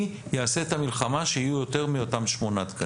אני אעשה את המלחמה שיהיו יותר מאותם שמונה תקנים.